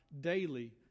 daily